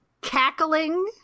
cackling